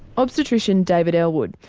obstetrician david ellwood,